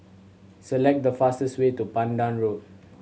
select the fastest way to Pandan Road